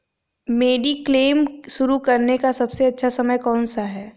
Mediclaim शुरू करने का सबसे अच्छा समय कौनसा है?